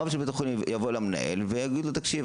רב בית החולים יבוא למנהל ויגיד לו: תקשיב,